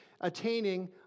attaining